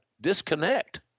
Disconnect